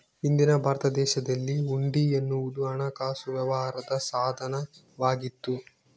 ಹಿಂದಿನ ಭಾರತ ದೇಶದಲ್ಲಿ ಹುಂಡಿ ಎನ್ನುವುದು ಹಣಕಾಸು ವ್ಯವಹಾರದ ಸಾಧನ ವಾಗಿತ್ತು